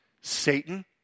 Satan